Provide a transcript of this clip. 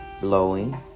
blowing